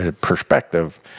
perspective